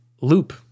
loop